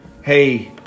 hey